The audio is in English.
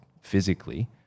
physically